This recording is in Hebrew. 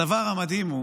הדבר המדהים הוא